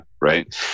Right